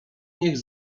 niech